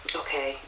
okay